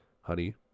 honey